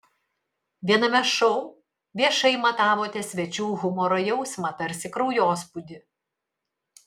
viename šou viešai matavote svečių humoro jausmą tarsi kraujospūdį